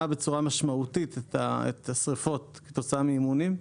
בצורה משמעותית את השריפות כתוצאה מאימונים.